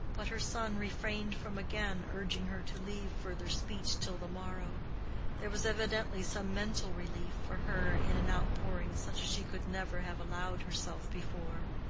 but her son refrained from again urging her to leave further speech till the morrow there was evidently some mental relief for her in an outpouring such as she could never have allowed herself before.